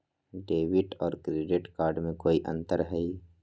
Debit और credit card में कई अंतर हई?